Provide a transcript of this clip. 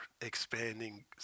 expanding